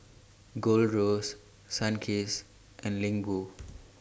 Gold Roast Sunkist and Ling Wu